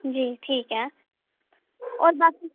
जी ठीक ऐ होर बाकी